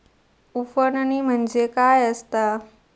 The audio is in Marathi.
उफणणी म्हणजे काय असतां?